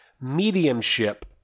Mediumship